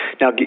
Now